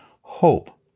hope